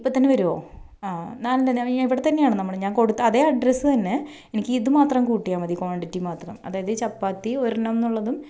ഇപ്പം തന്നെ വരുമോ നാലെണ്ണം എന്നാണ് ഞാൻ ഇവിടെത്തന്നെയാണ് നമ്മുടെ ഞാൻ കൊടുത്ത അതേ അഡ്രസ്സ് തന്നെ എനിക്ക് ഇതുമാത്രം കൂട്ടിയാൽ മതി ക്വാണ്ടിറ്റി മാത്രം അതായത് ചപ്പാത്തി ഒരെണ്ണം എന്നുള്ളതും